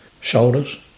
shoulders